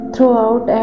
Throughout